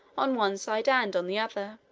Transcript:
on one side and on the other,